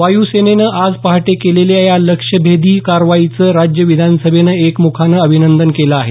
वायूसेनेनं आज पहाटे केलेल्या या लक्ष्यभेदी कारवाईचं राज्य विधानसभेनं एकमुखानं अभिनंदन केलं आहे